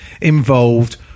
involved